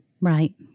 right